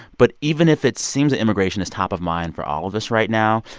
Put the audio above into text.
but even if it seems that immigration is top of mind for all of us right now,